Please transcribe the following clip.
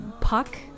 Puck